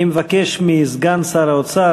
אני מבקש מסגן שר האוצר,